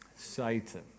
Satan